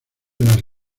las